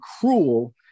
cruel